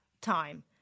time